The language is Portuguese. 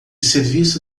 serviço